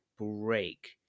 break